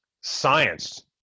science